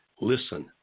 Listen